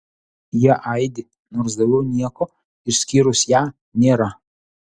jie aidi nors daugiau nieko išskyrus ją nėra